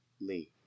Lee